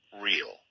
real